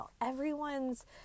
everyone's